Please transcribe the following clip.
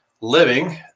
Living